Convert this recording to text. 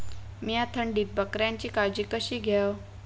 मीया थंडीत बकऱ्यांची काळजी कशी घेव?